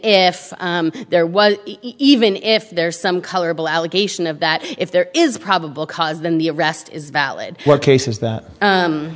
if there was even if there's some colorable allegation of that if there is probable cause than the arrest is valid what case is that